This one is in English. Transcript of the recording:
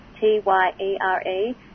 T-Y-E-R-E